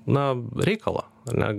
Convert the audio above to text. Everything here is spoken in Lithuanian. na reikalo ar ne